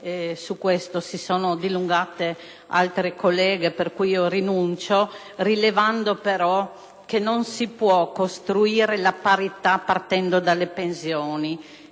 riguardo, si sono dilungate altre colleghe e, quindi, io rinuncio a farlo, rilevando però che non si può costruire la parità partendo dalle pensioni.